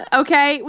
okay